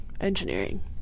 engineering